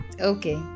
Okay